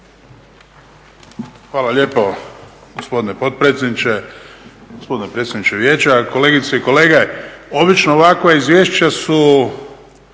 Hvala lijepo gospodine potpredsjedniče. Gospodine predsjedniče Vijeća, kolegice i kolege. Obično ovakva izvješća su